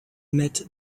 met